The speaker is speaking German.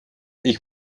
ich